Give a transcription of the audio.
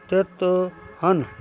ਸਥਿਤ ਹਨ